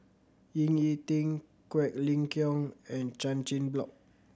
Ying E Ding Quek Ling Kiong and Chan Chin Bock